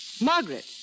Margaret